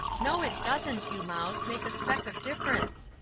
no it doesn't, you mouse, make a speck of difference.